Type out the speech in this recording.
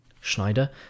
Schneider